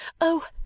Oh